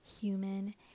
human